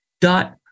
dot